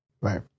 right